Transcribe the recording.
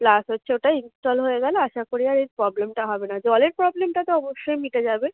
plus হচ্ছে ওটা install হয়ে গেলে আশা করি আর এই প্রবলেমটা হবে না জলের প্রবলেমটা তো অবশ্যই মিটে যাবে